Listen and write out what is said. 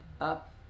up